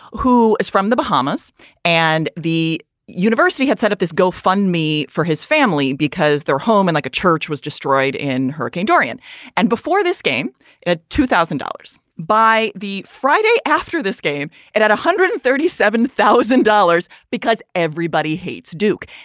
who is from the bahamas and the university had set up this go fund me for his family because their home and like a church was destroyed in hurricane dorian and before this game at two thousand dollars by the friday after this game, it had one hundred and thirty seven thousand dollars because everybody hates duke.